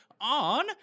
on